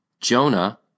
Jonah